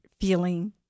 feeling